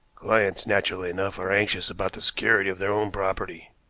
clients, naturally enough, are anxious about the security of their own property,